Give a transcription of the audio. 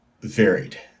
varied